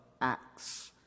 acts